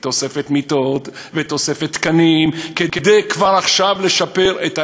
תוספת מיטות ותוספת תקנים, כדי כבר עכשיו לשפר.